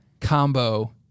combo